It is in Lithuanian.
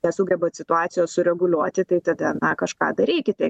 nesugebat situacijos sureguliuoti tai tada na kažką darykite